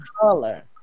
color